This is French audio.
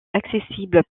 accessible